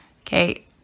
Okay